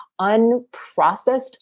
unprocessed